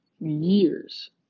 years